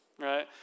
right